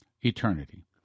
Eternity